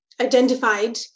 identified